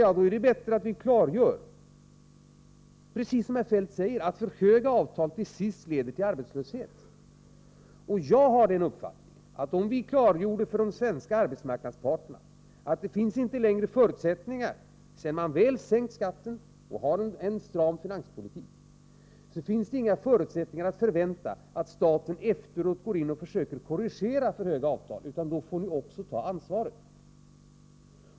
Det är bättre att ni klargör att alltför höga avtal till sist leder till arbetslöshet. Jag har den uppfattningen att vi borde informera de svenska arbetsmarknadsparterna om att det inte kan förväntas att staten efteråt går in och försöker korrigera för höga avtal, sedan skatten sänkts och sedan man 51 infört en stram finanspolitik. Då får vederbörande också ta ansvaret.